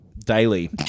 Daily